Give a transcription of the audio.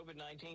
COVID-19